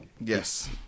Yes